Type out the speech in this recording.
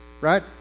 right